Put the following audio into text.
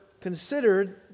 considered